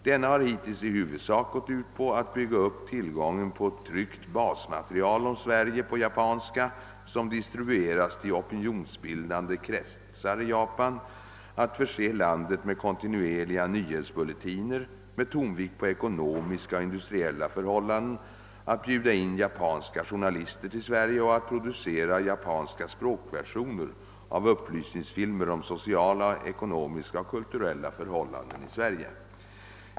Denna har hittills i huvudsak gått ut på att bygga upp tillgången på tryckt basmaterial om Sverige på japanska som distribueras till opinionsbildande kretsar i Japan, att förse landet med kontinuerliga nyhetsbulletiner med tonvikt på ekonomiska och industriella förhållanden, att bjuda in japanska journalister till Sverige och att producera japanska språkversioner av upplysningsfilmer om sociala, ekonomiska och kulturella förhållanden i Sverige.